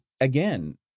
again